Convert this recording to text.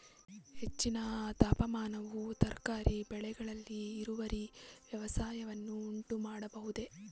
ಹೆಚ್ಚಿನ ತಾಪಮಾನವು ತರಕಾರಿ ಬೆಳೆಗಳಲ್ಲಿ ಇಳುವರಿ ವ್ಯತ್ಯಾಸವನ್ನು ಉಂಟುಮಾಡಬಹುದೇ?